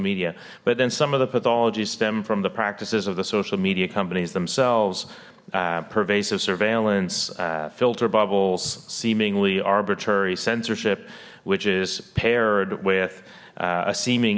media but then some of the pathology stem from the practices of the social media companies themselves pervasive surveillance filter bubbles seemingly arbitrary censorship which is paired with a seeming